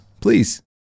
Please